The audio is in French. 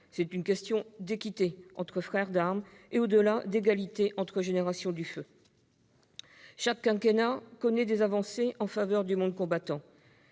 Il y va de l'équité entre frères d'armes et, au-delà, de l'égalité entre générations du feu. Chaque quinquennat connaît des avancées en faveur du monde combattant.